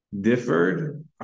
differed